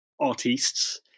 Artists